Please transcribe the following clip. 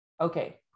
Okay